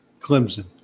Clemson